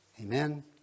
Amen